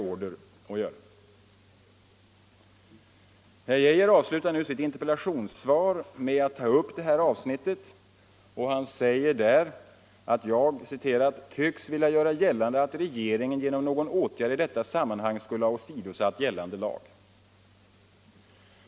Herr Geijer avslutar sitt interpellationssvar med att ta upp detta avsnitt och säger att jag ”tycks vilja göra gällande att regeringen genom någon åtgärd i detta sammanhang skulle ha åsidosatt gällande lag”.